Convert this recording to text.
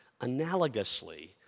analogously